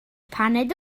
paned